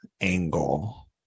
angle